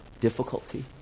difficulty